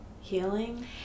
Healing